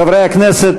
חברי הכנסת,